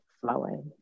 flowing